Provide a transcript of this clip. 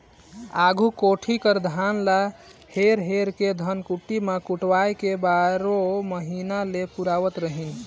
आघु कोठी कर धान ल हेर हेर के धनकुट्टी मे कुटवाए के बारो महिना ले पुरावत रहिन